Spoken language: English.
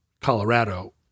Colorado